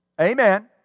amen